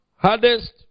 Hardest